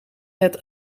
het